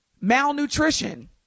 malnutrition